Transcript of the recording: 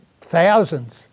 thousands